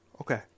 Okay